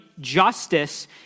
justice